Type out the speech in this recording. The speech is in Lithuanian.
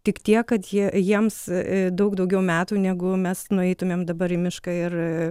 tik tiek kad jie jiems daug daugiau metų negu mes nueitumėm dabar į mišką ir